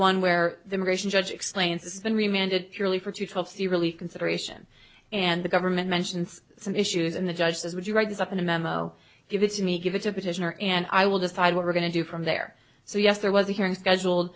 one where the immigration judge explains it's been reminded purely for two topsy really consideration and the government mentions some issues and the judge says would you write this up in a memo give it to me give it to petitioner and i will decide what we're going to do from there so yes there was a hearing scheduled